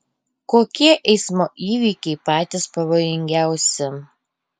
kokie eismo įvykiai patys pavojingiausi